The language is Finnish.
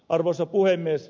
arvoisa puhemies